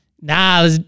nah